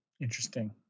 Interesting